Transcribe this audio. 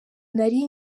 nari